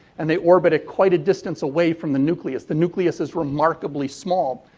and they orbit at quite a distance away from the nucleus. the nucleus is remarkably small.